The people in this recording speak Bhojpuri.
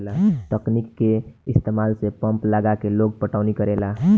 तकनीक के इस्तमाल से पंप लगा के लोग पटौनी करेला